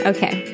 Okay